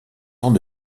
temps